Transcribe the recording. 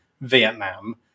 Vietnam